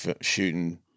shooting